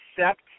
accept